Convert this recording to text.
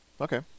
Okay